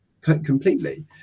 completely